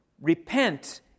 Repent